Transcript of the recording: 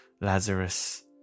Lazarus